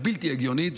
היא בלתי הגיונית,